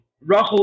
Rachel